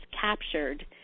captured